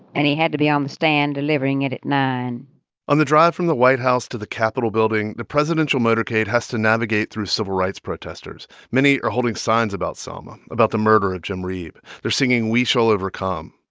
and he had to be on the stand delivering it at nine point on the drive from the white house to the capitol building, the presidential motorcade has to navigate through civil rights protesters. many are holding signs about selma, about the murder of jim reeb. they're singing we shall overcome.